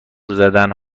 زدن